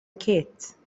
كيت